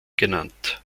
genannt